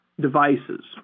devices